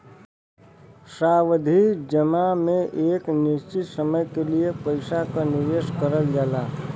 सावधि जमा में एक निश्चित समय के लिए पइसा क निवेश करल जाला